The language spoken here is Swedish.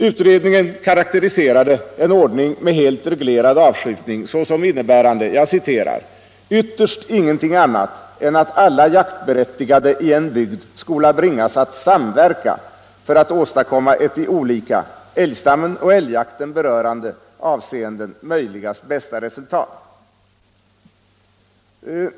Utredningen karakteriserade en ordning med helt reglerad avskjutning såsom innebärande "ytterst ingenting annat än att alla jaktberättigade i en bygd skola bringas att samverka för att åstadkomma ett i olika, älgstammen och älgjakten berörande, avseenden möjligast bästa resultat”.